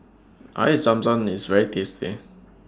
Air Zam Zam IS very tasty